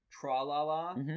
tra-la-la